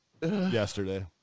yesterday